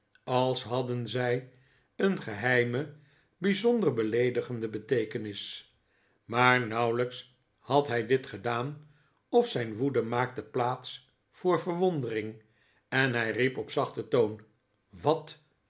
als hadden zij een geheime bij zonder beleedigende beteekenis maar nauwelijks had hij dit gedaan of zijn woede maakte plaats voor verwondering en hij riep op een zachter toon wat